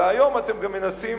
אלא היום אתם גם מנסים,